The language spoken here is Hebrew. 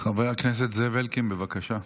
חבר הכנסת זאב אלקין, בבקשה.